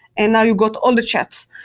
and now you go to all the chats.